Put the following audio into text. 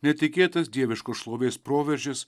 netikėtas dieviškos šlovės proveržis